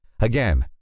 Again